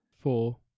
Four